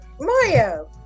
Mario